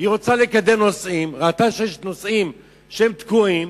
רוצה לקדם נושאים, ראתה שיש נושאים שהם תקועים,